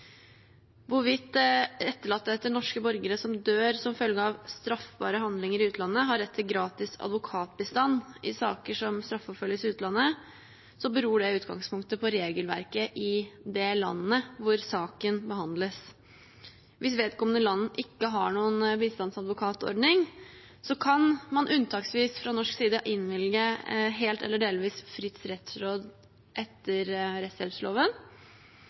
Hvorvidt etterlatte etter norske borgere som dør som følge av straffbare handlinger i utlandet, har rett til gratis advokatbistand i saker som straffeforfølges i utlandet, beror i utgangspunktet på regelverket i det landet hvor saken behandles. Hvis vedkommende land ikke har noen bistandsadvokatordning, kan man unntaksvis fra norsk side innvilge helt eller delvis fritt rettsråd etter